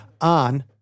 on